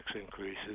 increases